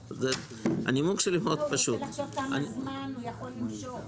הוא רוצה לחשוב כמה זמן הוא יכול למשוך.